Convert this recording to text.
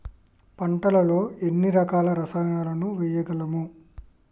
పంటలలో ఎన్ని రకాల రసాయనాలను వేయగలము?